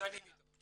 שנים איתו.